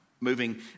moving